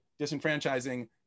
disenfranchising